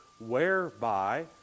whereby